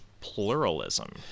pluralism